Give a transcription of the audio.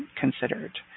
considered